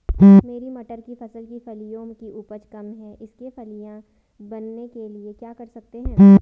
मेरी मटर की फसल की फलियों की उपज कम है इसके फलियां बनने के लिए क्या कर सकते हैं?